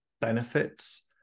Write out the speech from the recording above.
benefits